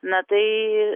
na tai